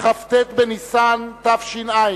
כ"ט בניסן תש"ע,